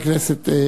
חבר הכנסת טיבייב,